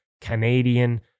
Canadian